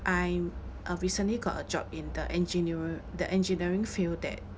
I'm uh recently got a job in the engineer the engineering field that